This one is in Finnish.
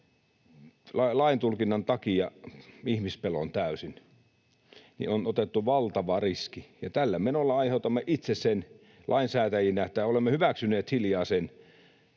laintulkinnan takia ihmispelon täysin, niin on otettu valtava riski, ja tällä menolla aiheutamme sen itse lainsäätäjinä tai olemme hyväksyneet hiljaa